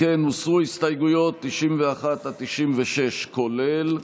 אנחנו מסירים מ-91 עד 96 כולל.